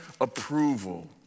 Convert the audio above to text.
approval